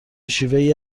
شیوهای